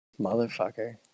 Motherfucker